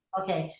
okay,